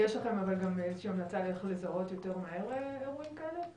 יש לכם המלצה איך לזהות יותר מהר אירועים כאלה?